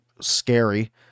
scary